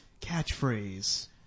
catchphrase